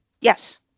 Yes